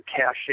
cash